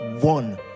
One